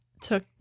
took